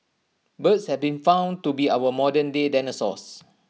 birds has been found to be our modernday dinosaurs